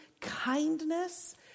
kindness